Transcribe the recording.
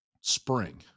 Spring